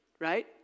right